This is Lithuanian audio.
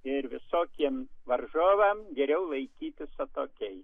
ir visokiem varžovam geriau laikytis atokiai